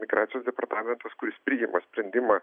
migracijos departamentas kuris priima sprendimą